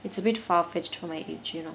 it's a bit far-fetched for my age you know